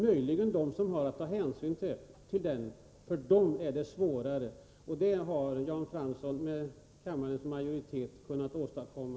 Möjligen gör de det som har att ta hänsyn till den — för dem är det svårare. Det har Jan Fransson med kammarens majoritet kunnat åstadkomma.